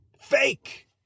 fake